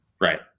Right